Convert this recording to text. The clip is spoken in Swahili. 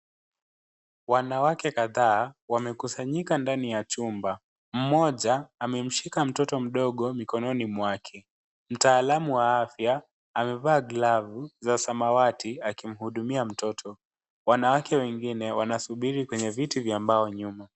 Wanawake kadhaa wamekusanyika ndani ya chumba. Mmoja amemshika mtoto mdogo mikononi mwake. Mtaalamu wa afya amevaa glavu za samawati akimhudumia mtoto. Wanawake wengine wanasubiri kwenye viti vya mbao nyuma.